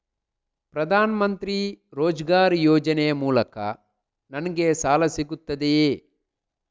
ಪ್ರದಾನ್ ಮಂತ್ರಿ ರೋಜ್ಗರ್ ಯೋಜನೆ ಮೂಲಕ ನನ್ಗೆ ಸಾಲ ಸಿಗುತ್ತದೆಯೇ?